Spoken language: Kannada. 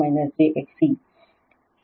ಆದ್ದರಿಂದ ಇದು Y